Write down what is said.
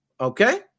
okay